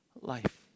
life